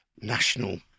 national